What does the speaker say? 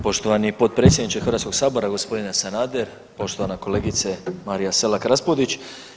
Poštovani potpredsjedniče Hrvatskog sabora, gospodine Sanader, poštovana kolegice Marija Selak Raspudić.